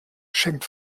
schenkt